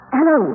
Hello